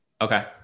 Okay